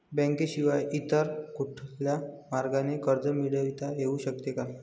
बँकेशिवाय इतर कुठल्या मार्गाने कर्ज मिळविता येऊ शकते का?